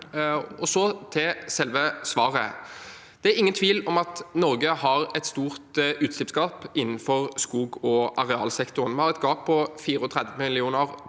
Så til selve svaret: Det er ingen tvil om at Norge har et stort utslippsgap innenfor skog- og arealsektoren. Vi har et gap på 34 millioner